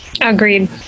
Agreed